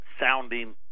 sounding